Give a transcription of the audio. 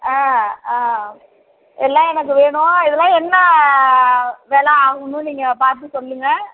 ஆ ஆ எல்லாம் எனக்கு வேணும் இதலாம் என்ன வெலை ஆகும்னு நீங்கள் பார்த்து சொல்லுங்கள்